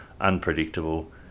unpredictable